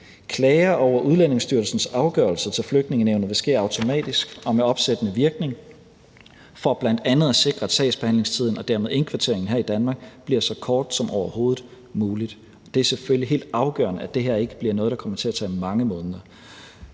Klager over Udlændingestyrelsens afgørelser til Flygtningenævnet vil ske automatisk og med opsættende virkning for bl.a. at sikre, at sagsbehandlingstiden og dermed indkvarteringen her i Danmark bliver så kort som overhovedet muligt. Det er selvfølgelig helt afgørende, at det her ikke bliver noget, der kommer til at tage mange måneder,